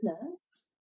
business